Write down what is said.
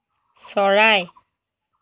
চৰাই